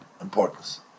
importance